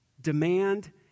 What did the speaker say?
demand